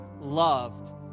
loved